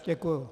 Děkuju.